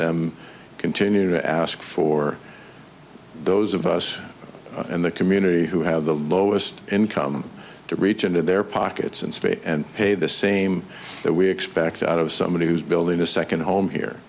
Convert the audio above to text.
them continue to ask for those of us in the community who have the lowest income to reach into their pockets and space and pay the same that we expect out of somebody who's building a second home here